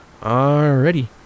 Alrighty